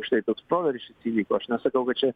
štai toks proveržis įvyko aš nesakau kad čia